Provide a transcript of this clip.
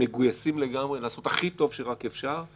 מגויסים לגמרי לעשות הכי טוב שרק אפשר,